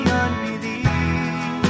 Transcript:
unbelief